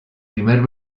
primer